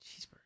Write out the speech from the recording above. Cheeseburger